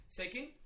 second